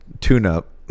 tune-up